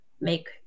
make